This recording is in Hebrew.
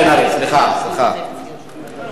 מיכאל בן-ארי, סליחה, סליחה.